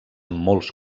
molts